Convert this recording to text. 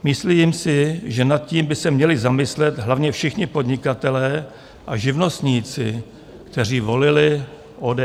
Myslím si, že nad tím by se měli zamyslet hlavně všichni podnikatelé a živnostníci, kteří volili ODS.